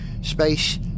space